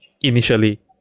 initially